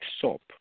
soap